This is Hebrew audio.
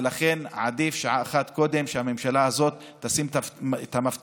ולכן עדיף שעה אחת קודם שהממשלה הזאת תשים את המפתחות